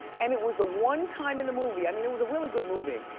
and it was the one time in the movie, i mean it was a really good movie.